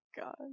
god